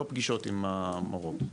לא פגישות עם המורות,